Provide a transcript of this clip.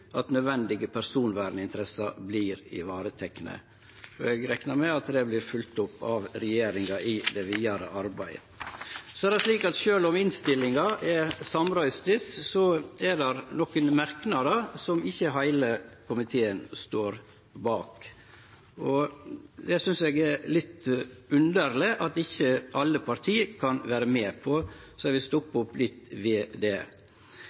at nødvendige personverninteresser vert varetekne. Eg reknar med at dette vert følgt opp av regjeringa i det vidare arbeidet. Sjølv om innstillinga er samrøystes, er det nokre merknader som ikkje heile komiteen står bak. Det synest eg det er litt underleg at ikkje alle parti kan vere med på, så eg vil stoppe opp litt ved det.